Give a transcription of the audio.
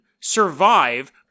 survive